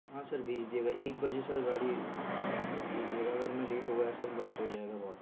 ہاں سر بھیج دیے گا ایک بجے سر گاڑی بھیج دیے گا اگر میں لیٹ ہو گیا سر لوس ہو جائے گا بہت